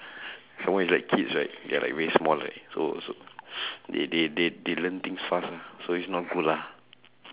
some more it's like kids right they are like very small right so so they they they they learn things fast ah so it's not good lah